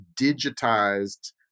digitized